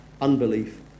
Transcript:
unbelief